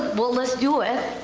but let's do it,